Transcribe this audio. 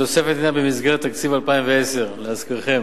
התוספת ניתנה במסגרת תקציב 2010, להזכירכם.